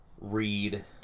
read